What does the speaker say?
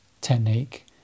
technique